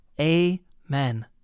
Amen